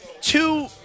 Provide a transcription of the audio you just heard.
two